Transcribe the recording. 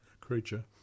creature